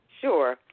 Sure